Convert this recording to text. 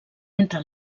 entre